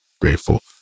grateful